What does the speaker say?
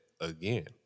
again